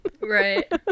Right